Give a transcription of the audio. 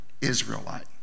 Israelite